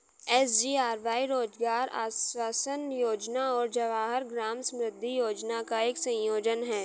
SGRY रोजगार आश्वासन योजना और जवाहर ग्राम समृद्धि योजना का एक संयोजन है